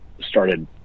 started